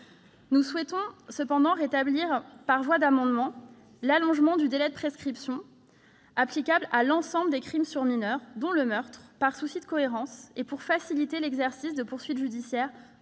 Nous souhaitons cependant rétablir par voie d'amendement l'allongement du délai de prescription applicable à l'ensemble des crimes sur mineurs, dont le meurtre, par souci de cohérence et pour faciliter l'exercice de poursuites judiciaires